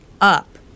up